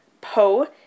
Poe